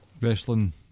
wrestling